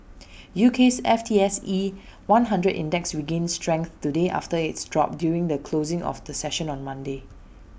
U K's F T S E one hundred index regained strength today after its drop during the closing of the session on Monday